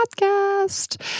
podcast